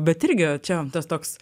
bet irgi čia tas toks